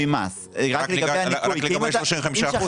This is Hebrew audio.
כי אם שכחת לדווח --- רק לגבי 35%?